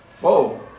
Whoa